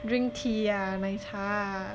drink tea ah 奶茶 ah